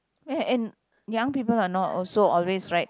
ya and young people are not also always right